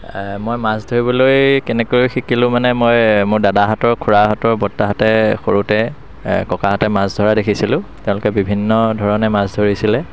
মই মাছ ধৰিবলৈ কেনেকৈ শিকিলোঁ মানে মই মোৰ দাদাহঁতৰ খুৰাহঁতৰ বৰ্তাহঁতে সৰুতে ককাহঁতে মাছ ধৰা দেখিছিলোঁ তেওঁলোকে বিভিন্ন ধৰণে মাছ ধৰিছিলে